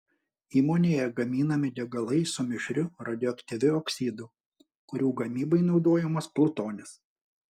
įmonėje gaminami degalai su mišriu radioaktyviu oksidu kurių gamybai naudojamas plutonis